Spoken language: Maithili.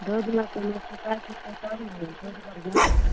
दूध लए कए कोनो शिकाइत होतय तब ने हे दूध बढ़ियाँ देबहऽ